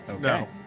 No